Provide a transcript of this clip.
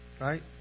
right